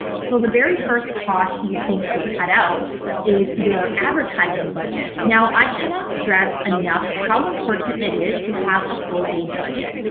so the very first cost you think to cut out is your advertising budget. now, i cannot stress enough how important it is to have a full day budget.